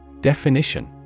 Definition